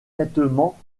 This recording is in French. nettement